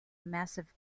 massive